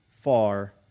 far